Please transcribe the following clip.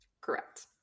correct